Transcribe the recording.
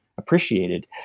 appreciated